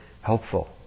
helpful